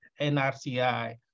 NRCI